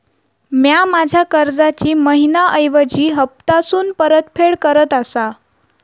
म्या माझ्या कर्जाची मैहिना ऐवजी हप्तासून परतफेड करत आसा